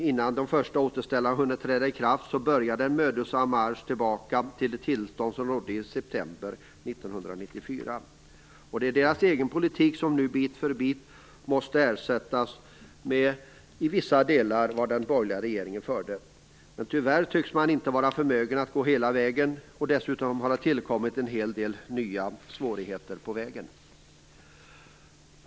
Innan de första återställarna hade hunnit träda i kraft började en mödosam marsch tillbaka till det tillstånd som rådde i september 1994. Det är regeringens egen politik som nu bit för bit måste ersättas med en politik som i vissa delar motsvarar den politik som den borgerliga regeringen förde. Tyvärr tycks regeringen inte vara förmögen att gå hela vägen, och dessutom har det tillkommit en hel del nya svårigheter på vägen.